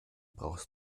brauchst